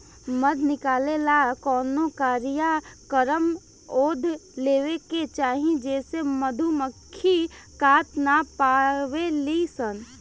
मध निकाले ला कवनो कारिया कमर ओढ़ लेवे के चाही जेसे मधुमक्खी काट ना पावेली सन